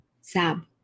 Sab